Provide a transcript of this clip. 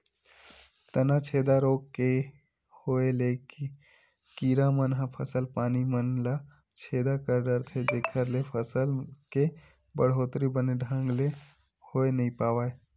तनाछेदा रोग के होय ले कीरा मन ह फसल पानी मन ल छेदा कर डरथे जेखर ले फसल के बड़होत्तरी बने ढंग ले होय नइ पावय